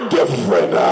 different